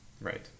Right